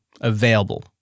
available